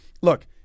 look